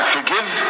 Forgive